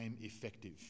effective